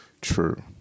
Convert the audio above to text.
True